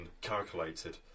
calculated